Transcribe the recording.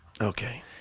Okay